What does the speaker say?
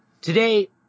today